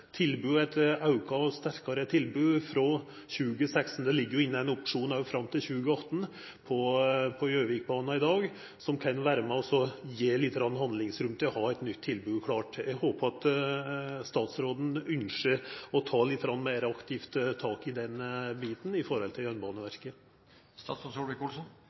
auka og sterkare tilbod. Det ligg jo òg inne ein opsjon fram til 2018 når det gjeld Gjøvikbana i dag, som kan vera med og gje litt handlingsrom med omsyn til å ha eit nytt tilbod klart. Eg håpar at statsråden ynskjer å ta lite grann meir aktivt tak i den biten når det gjeld Jernbaneverket.